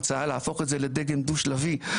ההצעה להפוך את זה ל דגם דו שלבי,